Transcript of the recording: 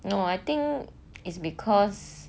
you know I think it's because